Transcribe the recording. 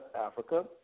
Africa